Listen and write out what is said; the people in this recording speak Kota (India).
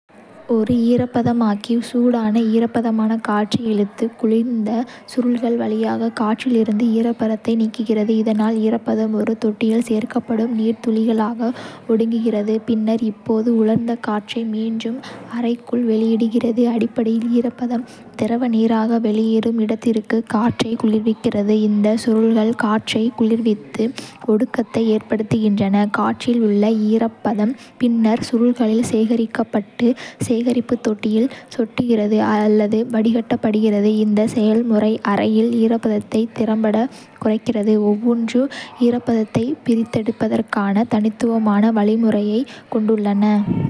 ஒரு ஈரப்பதமாக்கி, சூடான, ஈரப்பதமான காற்றை இழுத்து, குளிர்ந்த சுருள்கள் வழியாக காற்றில் இருந்து ஈரப்பதத்தை நீக்குகிறது, இதனால் ஈரப்பதம் ஒரு தொட்டியில் சேகரிக்கப்படும் நீர் துளிகளாக ஒடுங்குகிறது, பின்னர் இப்போது உலர்ந்த காற்றை மீண்டும் அறைக்குள் வெளியிடுகிறது. அடிப்படையில், ஈரப்பதம் திரவ நீராக வெளியேறும் இடத்திற்கு காற்றை குளிர்விக்கிறது. இந்த சுருள்கள் காற்றை குளிர்வித்து, ஒடுக்கத்தை ஏற்படுத்துகின்றன. காற்றில் உள்ள ஈரப்பதம் பின்னர் சுருள்களில் சேகரிக்கப்பட்டு சேகரிப்பு தொட்டியில் சொட்டுகிறது அல்லது வடிகட்டப்படுகிறது. இந்த செயல்முறை அறையில் ஈரப்பதத்தை திறம்பட குறைக்கிறது. ஒவ்வொன்றும் ஈரப்பதத்தைப் பிரித்தெடுப்பதற்கான தனித்துவமான வழிமுறையைக் கொண்டுள்ளன.